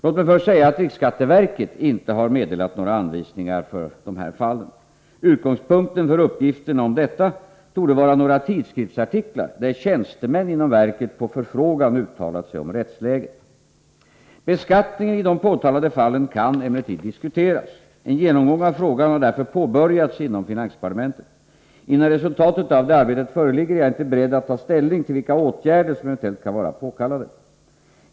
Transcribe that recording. Låt mig först säga att riksskatteverket inte har meddelat några anvisningar för dessa fall. Utgångspunkten för uppgifterna om detta torde vara några tidskriftsartiklar där tjänstemän inom verket på förfrågan uttalat sig om rättsläget. Beskattningen i de påtalade fallen kan emellertid diskuteras. En genomgång av frågan har därför påbörjats inom finansdepartementet. Innan resultatet av det arbetet föreligger är jag inte beredd att ta ställning till vilka åtgärder som eventuellt kan vara påkallade.